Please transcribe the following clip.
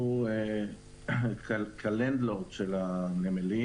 אנחנו כלנד-לורד של הנמלים,